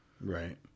Right